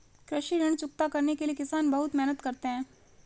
कृषि ऋण चुकता करने के लिए किसान बहुत मेहनत करते हैं